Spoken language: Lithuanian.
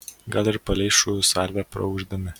gal ir paleis šūvių salvę praūždami